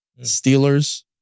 Steelers